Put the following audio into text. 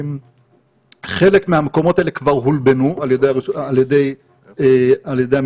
חלק מהמקומות האלו כבר הולבנו על ידי המינהל.